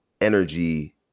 energy